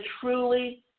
truly